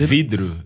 Vidro